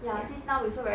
ya